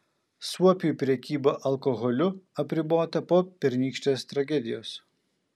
suopiui prekyba alkoholiu apribota po pernykštės tragedijos